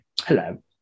Hello